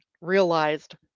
realized